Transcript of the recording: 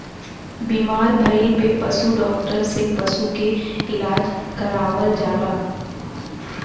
बीमार भइले पे पशु डॉक्टर से पशु के इलाज करावल जाला